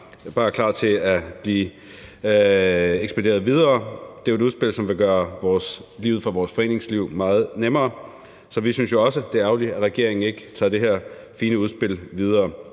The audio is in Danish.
altså bare klart til at blive ekspederet videre. Det er jo et udspil, som vil gøre livet for vores foreningsliv meget nemmere. Så vi synes jo også, at det er ærgerligt, at regeringen ikke tager det her fine udspil videre.